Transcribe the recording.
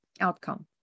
outcome